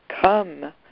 come